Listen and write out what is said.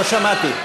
לא שמעתי.